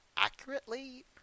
Accurately